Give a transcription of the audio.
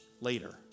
later